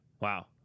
wow